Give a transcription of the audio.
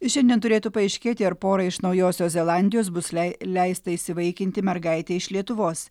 šiandien turėtų paaiškėti ar porai iš naujosios zelandijos bus lei leista įsivaikinti mergaitę iš lietuvos